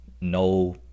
No